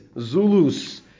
Zulus